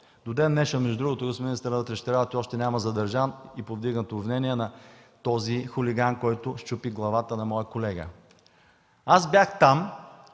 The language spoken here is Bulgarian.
До ден-днешен, между другото, господин министър на вътрешните работи, още няма задържан и повдигнато обвинение на този хулиган, който счупи главата на моя колега. Аз бях там